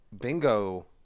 Bingo